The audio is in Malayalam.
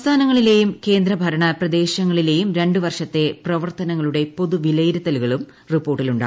സംസ്ഥാനങ്ങളിലേയും കേന്ദ്രഭരണ പ്രദേശങ്ങളിലേയും രണ്ട് വർഷത്തെ പ്രവർത്തനങ്ങളുടെ പൊതു വിലയിരുത്തലും റിപ്പോർട്ടിലുണ്ട്